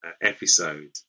episode